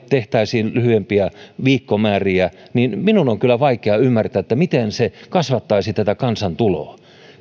tehtäisiin lyhyempiä viikkomääriä niin minun on kyllä vaikea ymmärtää miten se kasvattaisi tätä kansantuloa